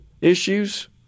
issues